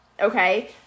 Okay